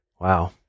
Wow